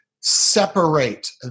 separate